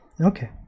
okay